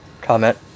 comment